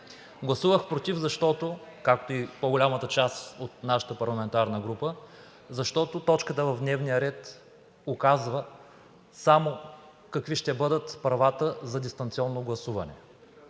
Гласувах против, както и по-голямата част от нашата парламентарна група, защото точката в дневния ред указва само какви ще бъдат правата за дистанционно гласуване.